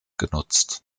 genutzt